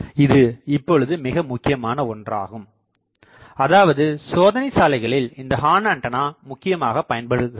இது இப்பொழுது மிக முக்கியமான ஒன்றாகும் அதாவது சோதனை சாலைகளில் இந்த ஹார்ன் ஆண்டனா முக்கியமாகப் பயன்படுகிறது